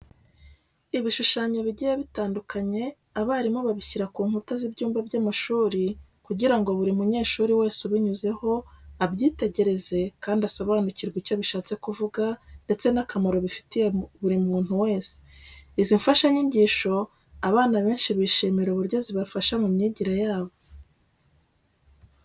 Ibishushanyo bigiye bitandukanye abarimu babishyira ku nkuta z'ibyumba by'amashuri kugira ngo buri munyeshuri wese ubinyuzeho abyitegereze kandi asobanukirwe icyo bishatse kuvuga ndetse n'akamaro bifitiye buri muntu wese. Izi mfashanyigisho abana benshi bishimira uburyo zibafasha mu myigire yabo.